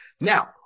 Now